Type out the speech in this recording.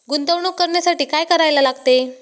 गुंतवणूक करण्यासाठी काय करायला लागते?